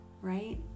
right